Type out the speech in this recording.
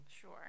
sure